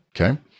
okay